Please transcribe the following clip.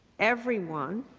everyone,